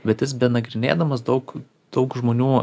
bet jis be nagrinėdamas daug daug žmonių